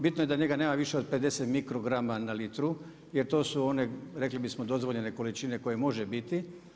Bitno je da njega nema više od 50 mikrograma na litru, jer to su one rekli bismo dozvoljene količine koje može biti.